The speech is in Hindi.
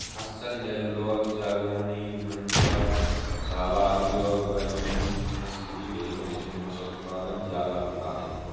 हसन, नैल्लोर, जालौनी, माण्ड्या, शाहवादी और बजीरी नस्ल की भेंड़ों से माँस उत्पादन ज्यादा होता है